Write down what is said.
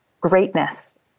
greatness